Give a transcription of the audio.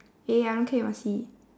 eh I don't care you must see